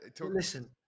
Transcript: Listen